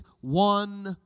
one